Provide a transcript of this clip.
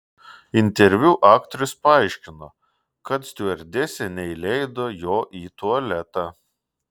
interviu aktorius paaiškino kad stiuardesė neįleido jo į tualetą